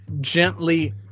gently